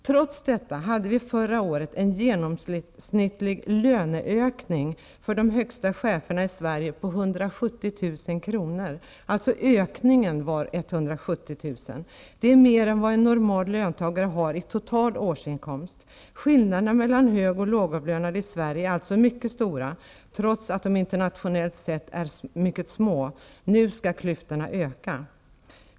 Trots detta hade vi förra året en genomsnittlig löneökning för de högsta cheferna i Sverige på 170 000 kr. Alltså: ökningen var 170 000. Det är mer än vad en normal löntagare har i total årsinkomst. Skillnaderna mellan hög och lågavlönade i Sverige är alltså mycket stor, trots att de internationellt sett är mycket små. Nu skall klyftorna öka.